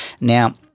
Now